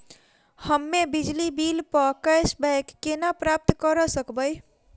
हम्मे बिजली बिल प कैशबैक केना प्राप्त करऽ सकबै?